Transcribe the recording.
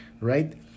right